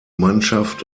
mannschaft